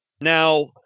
Now